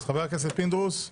אמר חבר הכנסת מאזן גנאים